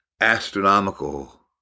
astronomical